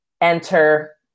enter